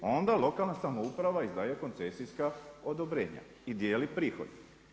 Onda lokalna samouprava izdaje koncesijska odobrenja i dijeli prihod.